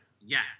yes